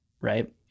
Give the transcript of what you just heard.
Right